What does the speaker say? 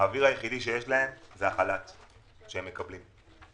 האוויר היחידי שיש להם זה החל"ת שהם מקבלים.